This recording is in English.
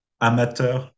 amateur